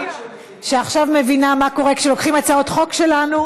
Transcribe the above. שעכשיו מבינה מה קורה כשלוקחים הצעות חוק שלנו,